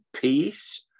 peace